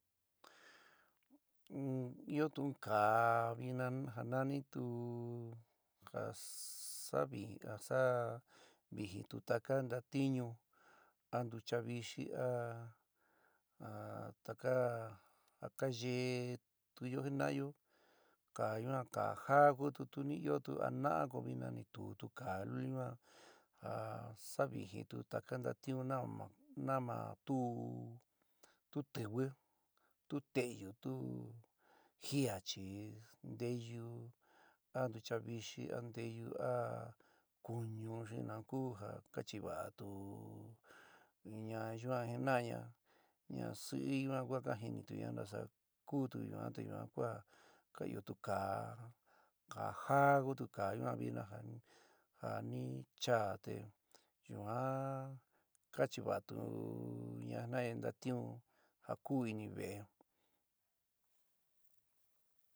Ɨótu in kaá vina ja nánitu ja ja sa vijɨntu taka ntatiñu a ntucha vixɨ a a taka ja ka yetuyó jina'ayo, kaá yuan ka jaa kutu tu ni ɨótu ana'a ko vina ni tuútu kaá luli yuan a sa vijɨntu taka ntatiún na ma na ma tu tiwi, tu te'eyu, tu jía chɨí nteyu, a ntucha vixɨ a nteyu a kuñu xi nau ku ja kachiva'atuña yuan jina'aña, ñasɨɨ yuan kua ka jinituña ntasa kutu yuan te yuan kua ka ɨótu kaá ka jaá kutu kaá ñuan vina ja ja ni cha te yuan kachiva'a- tu jinaña ntatiun ja ku inive'é.